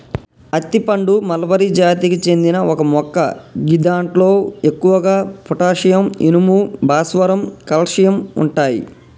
అత్తి పండు మల్బరి జాతికి చెందిన ఒక మొక్క గిదాంట్లో ఎక్కువగా పొటాషియం, ఇనుము, భాస్వరం, కాల్షియం ఉంటయి